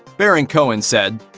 baron cohen said.